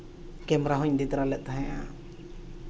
camera ᱦᱚᱧ ᱤᱫᱤ ᱛᱟᱨᱟ ᱞᱮᱫ ᱛᱟᱦᱮᱱᱟ